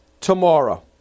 tomorrow